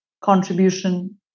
contribution